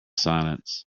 silence